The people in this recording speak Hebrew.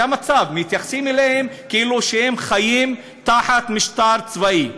וזה המצב: מתייחסים אליהם כאילו הם חיים תחת משטר צבאי.